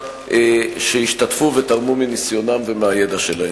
שהשתתפו ותרמו מניסיונם ומהידע שלהם.